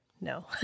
no